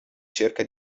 cerca